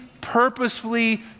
purposefully